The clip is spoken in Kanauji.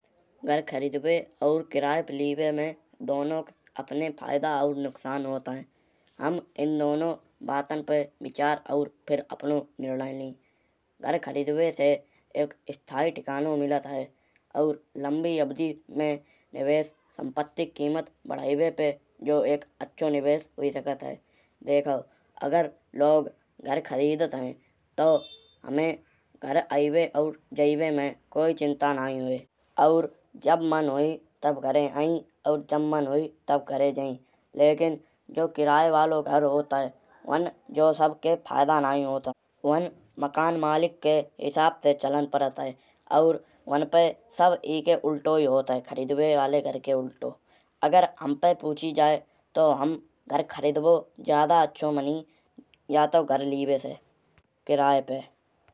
घर खरीदबे और किराये पे लीवे में दोनौं के अपने फायदा और नुक्सान होत हैं। हम इन दोनौं बातन पे विचार और फिर अपनौ निर्णय लि। घर खरीदबे से एक स्थायी ठिकानो मिलत है। और लंबी अवधी में निवेश सम्पतिक कीमत बढ़ाइवे पे यो एक अच्छो निवेश हुई सकत है। देखाओ अगर लोग घर खरीदत हैं। तौ हमें घर आइबे और जाएबे में कोई चिंता नाई हीये। और जब मन होयी तब घराये हैयी और जब मन होयी तब घराये जायी। लेकिन जो किराये वालो घर होत हैं। वहाँ जो सब के फायदा नाई होत है। वहाँ मकान मालिक के हिसाब से चलान पड़त हैं। और वहाँ पे सब ईके उल्टो ही होत है। खरीदबे वाले घर के उल्टो। अगर हम पे पूछी जाय तौ हम घर खरीदबो ज्यादा अच्छो मानी यातो घर लीवे से किराये पे।